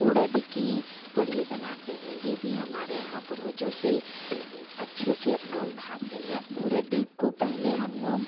उड़द की कढ़ी बनाते हैं ये भी हमारे यहाँ पूर्वजों से अच्छे से लोग खाते हैं उड़द को पहले हम लोग